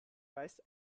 weist